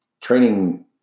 training